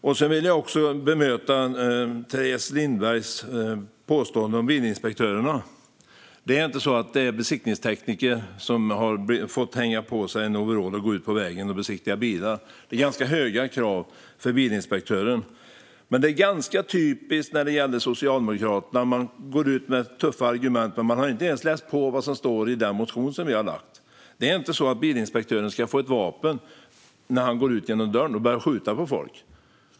Jag vill också bemöta Teres Lindbergs påstående om bilinspektörerna. Det handlar inte om besiktningstekniker som har fått ta på sig en overall och gå ut på vägarna och besiktiga bilar. Det ställs ganska höga krav på bilinspektörer. Det är ganska typiskt för Socialdemokraterna att man går ut med tuffa argument utan att ens ha läst på vad som står i den motion som vi har väckt. Vi menar inte att bilinspektören ska ha ett vapen med sig när han går ut genom dörren och börja skjuta på folk.